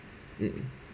mm